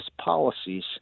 policies